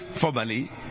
formally